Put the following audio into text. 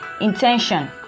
intention